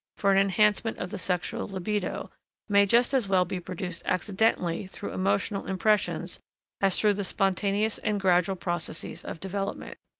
for an enhancement of the sexual libido may just as well be produced accidentally through emotional impressions as through the spontaneous and gradual processes of development.